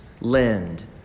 lend